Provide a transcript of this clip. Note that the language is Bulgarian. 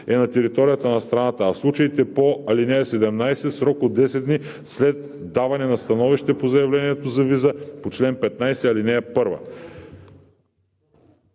е на територията на страната, а в случаите по ал. 13, в срок до 10 дни след даване на становище по заявлението за виза по чл. 15, ал. 1.